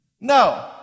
No